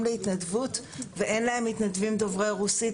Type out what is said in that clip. להתנדבות ואין להם מתנדבים דוברי רוסית,